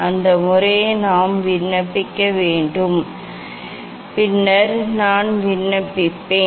அந்த முறையை நாம் விண்ணப்பிக்க வேண்டும் பின்னர் நான் விண்ணப்பிப்பேன்